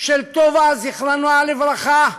של טובה, זיכרונה לברכה,